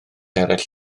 eraill